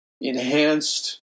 enhanced